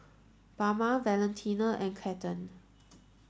Bama Valentina and Cathern